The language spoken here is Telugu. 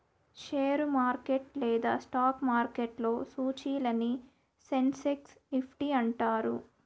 షేరు మార్కెట్ లేదా స్టాక్ మార్కెట్లో సూచీలని సెన్సెక్స్ నిఫ్టీ అంటారు